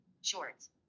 Shorts